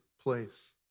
place